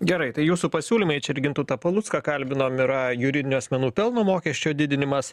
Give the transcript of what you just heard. gerai tai jūsų pasiūlymai čia ir gintautą palucką kalbinom yra juridinių asmenų pelno mokesčio didinimas